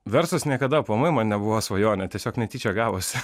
verslas niekada aplamai man nebuvo svajonė tiesiog netyčia gavosi